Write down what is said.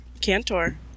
Cantor